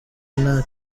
nta